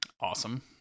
awesome